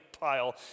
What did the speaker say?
pile